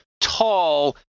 tall